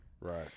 Right